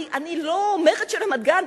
אני לא אומרת שרמת-גן,